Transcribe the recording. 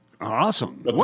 Awesome